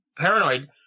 paranoid